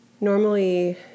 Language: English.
normally